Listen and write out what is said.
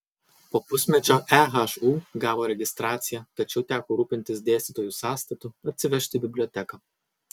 po pusmečio ehu gavo registraciją tačiau teko rūpintis dėstytojų sąstatu atsivežti biblioteką